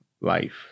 life